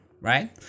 right